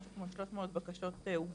משהו כמו 300 בקשות הוגשו,